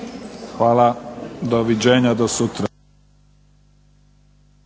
Hvala. Doviđenja do sutra.